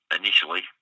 initially